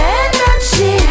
energy